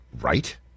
Right